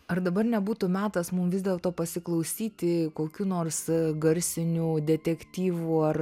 ar dabar nebūtų metas mum vis dėlto pasiklausyti kokių nors garsinių detektyvų ar